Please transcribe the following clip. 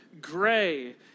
gray